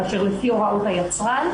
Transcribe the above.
כאשר לפי הוראות היצרן,